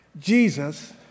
Jesus